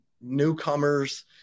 newcomers